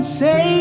say